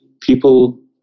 people